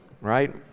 Right